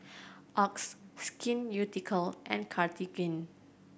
Oxy Skin Ceuticals and Cartigain